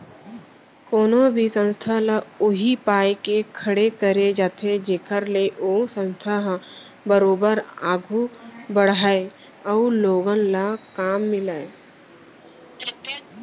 कोनो भी संस्था ल उही पाय के खड़े करे जाथे जेखर ले ओ संस्था ह बरोबर आघू बड़हय अउ लोगन ल काम मिलय